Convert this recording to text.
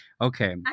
Okay